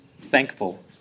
thankful